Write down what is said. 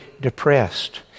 depressed